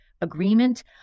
agreement